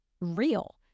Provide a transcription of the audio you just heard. real